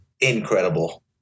incredible